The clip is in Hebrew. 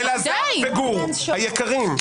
אלעזר וגור היקרים,